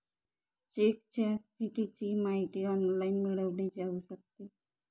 चेकच्या स्थितीची माहिती ऑनलाइन मिळवली जाऊ शकते